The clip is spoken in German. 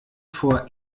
vor